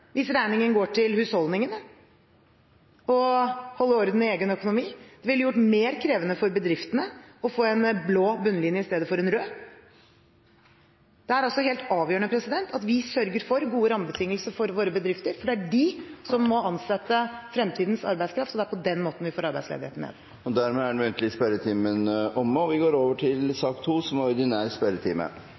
hvis regningen går til husholdningene, å holde orden i egen økonomi, og ville gjort det mer krevende for bedriftene å få en blå bunnlinje istedenfor en rød. Det er helt avgjørende at vi sørger for gode rammebetingelser for våre bedrifter, for det er de som må ansette fremtidens arbeidskraft, og det er på den måten vi får arbeidsledigheten ned. Dermed er den muntlige spørretimen omme. Det blir noen endringer i den oppsatte spørsmålslisten, og presidenten viser i den sammenheng til